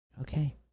Okay